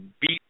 beat